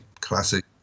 classic